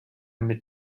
mit